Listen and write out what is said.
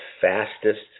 fastest